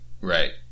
Right